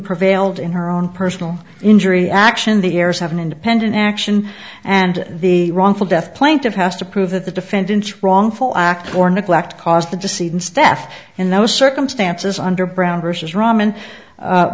prevailed in her own personal injury action the heirs have an independent action and the wrongful death plaintiff has to prove that the defendant's wrongful act or neglect caused the deceased and steph in those circumstances under brown versus rah